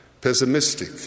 pessimistic